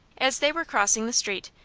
as they were crossing the street,